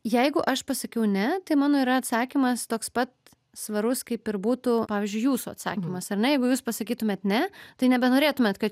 jeigu aš pasakiau ne tai mano yra atsakymas toks pat svarus kaip ir būtų pavyzdžiui jūsų atsakymas ane jeigu jūs pasakytumėt ne tai nebenorėtumėt kad